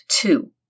two